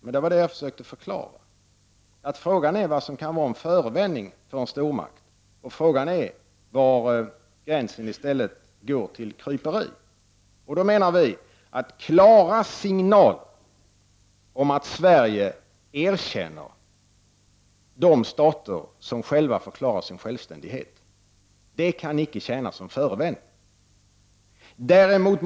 Det var just det jag försökte förklara. Frågan är vad som kan vara en förevändning för en stormakt och var gränsen går till kryperi. Klara signaler om att Sverige erkänner de stater som själva förklarar sin självständighet kan, menar vi, inte tjäna som förevändning.